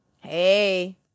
hey